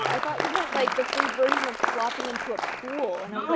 i thought you meant like the food version of flopping into a pool.